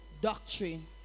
doctrine